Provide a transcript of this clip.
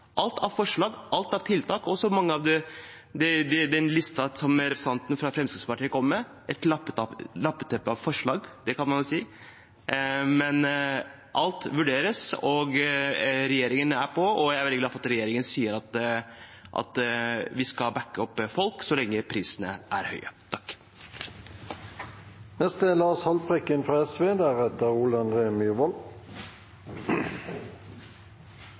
alt av forslag og alt av tiltak, også mye fra den listen som representanten fra Fremskrittspartiet kom med. Et lappeteppe av forslag – ja, det kan man si, men alt vurderes. Regjeringen er på saken, og jeg er veldig glad for at regjeringen sier at den skal bakke opp folk så lenge prisene er høye. Som flere har vært inne på, er